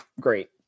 great